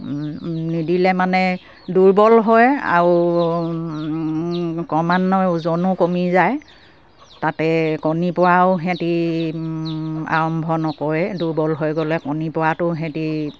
নিদিলে মানে দুৰ্বল হয় আৰু ক্ৰমান্বয়ে ওজনো কমি যায় তাতে কণী পৰাও সিহঁতি আৰম্ভ নকৰে দুৰ্বল হৈ গ'লে কণী পৰাটো সিহঁতি